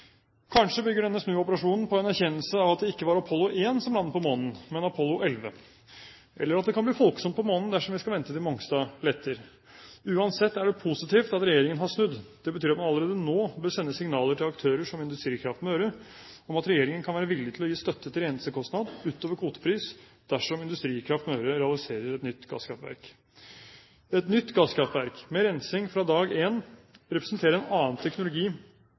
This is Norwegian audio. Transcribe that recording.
Kanskje bygger denne snuoperasjonen på en erkjennelse av at det ikke var Apollo 1 som landet på månen, men Apollo 11, eller at det kan bli folksomt på månen dersom vi skal vente til Mongstad letter. Uansett er det positivt at regjeringen har snudd. Det betyr at man allerede nå bør sende signaler til aktører som Industrikraft Møre om at regjeringen kan være villig til å gi støtte til rensekostnad utover kvotepris dersom Industrikraft Møre realiserer et nytt gasskraftverk. Et nytt gasskraftverk med rensing fra dag én representerer en annen teknologi